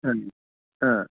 आम् ह